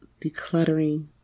decluttering